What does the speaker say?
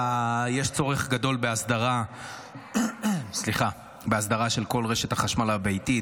יש צורך גדול באסדרה של כל רשת החשמל הביתית,